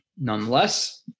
Nonetheless